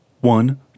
one